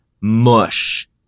mush